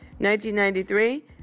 1993